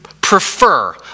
prefer